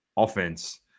Offense